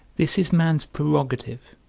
this is man's prerogative